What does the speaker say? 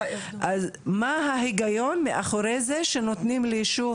אז מה ההיגיון מאחורי זה שנותנים ליישוב